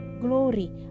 glory